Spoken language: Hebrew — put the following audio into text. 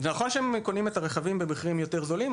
זה נכון שהם קונים את הרכבים במחירים יותר זולים.